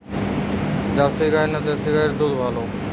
Jersey গাই না দেশী গাইয়ের দুধ ভালো?